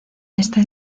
esta